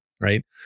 right